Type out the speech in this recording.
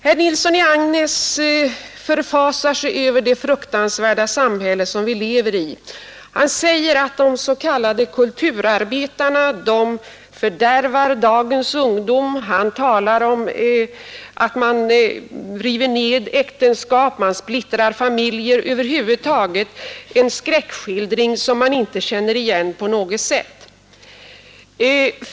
Herr Nilsson i Agnäs förfasar sig över det fruktansvärda samhälle som vi lever i. Han säger att de s.k. kulturarbetarna fördärvar dagens ungdom; han talar om att man river ned äktenskap och splittrar familjer. Han ger över huvud taget en skräckskildring som man inte känner igen på något sätt.